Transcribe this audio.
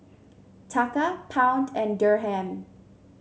Taka Pound and Dirham